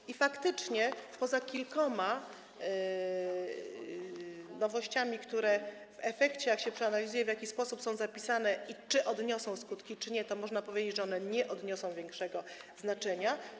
I faktycznie poza kilkoma nowościami, które w efekcie, jak się przeanalizuje to, w jaki sposób są zapisane i czy odniosą skutki czy nie, można powiedzieć, nie mają większego znaczenia.